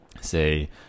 say